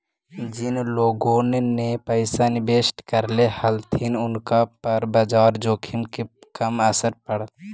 जिन लोगोन ने पैसा इन्वेस्ट करले हलथिन उनका पर बाजार जोखिम के कम असर पड़लई